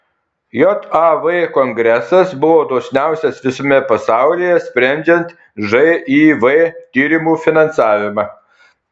jav kongresas buvo dosniausias visame pasaulyje sprendžiant živ tyrimų finansavimą